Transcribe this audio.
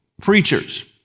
preachers